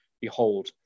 behold